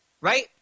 right